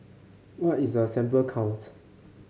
what is a sample count